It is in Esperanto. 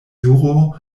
zuro